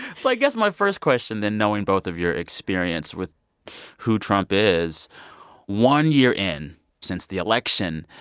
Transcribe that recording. so i guess my first question, then, knowing both of your experience with who trump is one year in since the election,